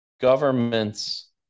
governments